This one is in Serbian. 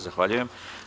Zahvaljujem.